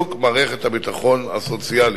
ולחיזוק מערכת הביטחון הסוציאלי.